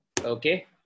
Okay